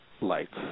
lights